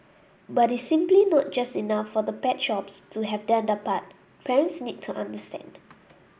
but it's simply not just enough for the pet shops to have done their part parents need to understand